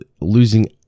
losing